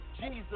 Jesus